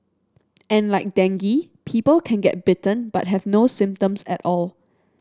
and like dengue people can get bitten but have no symptoms at all